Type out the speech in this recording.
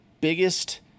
biggest